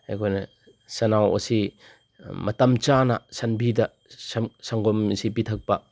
ꯑꯩꯈꯣꯏꯅ ꯁꯟꯅꯥꯎ ꯑꯁꯤ ꯃꯇꯝ ꯆꯥꯅ ꯁꯟꯕꯤꯗ ꯁꯪꯒꯣꯝ ꯑꯁꯤ ꯄꯤꯊꯛꯄ